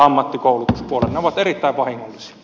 ne ovat erittäin vahingollisia